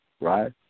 right